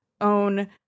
own